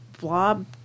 blob